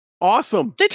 Awesome